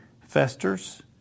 festers